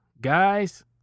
Guys